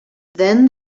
then